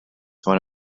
one